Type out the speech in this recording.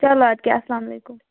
چلو اَدٕ کیٛاہ اَسلام علیکُم